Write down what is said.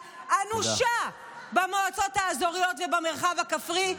אנושה במועצות האזוריות ובמרחב הכפרי,